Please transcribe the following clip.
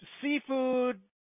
seafood